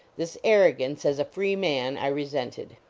this arrogance, as a free man, i resented.